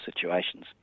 situations